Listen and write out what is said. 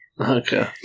Okay